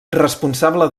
responsable